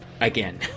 again